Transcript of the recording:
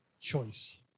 choice